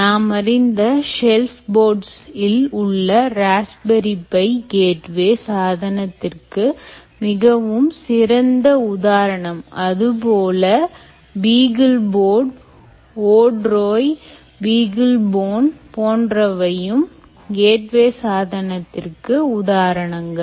நாமறிந்த shelf boards இல் உள்ள raspberry pi gateway சாதனத்திற்கு மிகவும் சிறந்த உதாரணம் அதுபோல beagleboard odroi beaglebone போன்றவையும் கேட்வே சாதனத்திற்கு உதாரணங்கள்